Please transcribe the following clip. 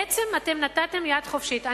בעצם נתתם יד חופשית.